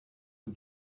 aux